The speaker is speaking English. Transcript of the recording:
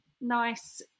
nice